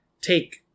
take